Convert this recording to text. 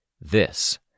This